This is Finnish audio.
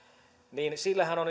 niin sillähän on